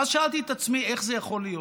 ואז שאלתי את עצמי: איך זה יכול להיות?